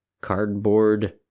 cardboard